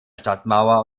stadtmauer